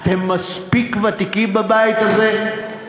אתם מספיק ותיקים בבית הזה.